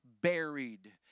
buried